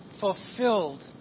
fulfilled